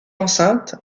enceinte